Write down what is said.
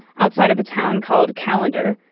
outside of a town called callander.